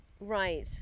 Right